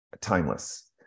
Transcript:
timeless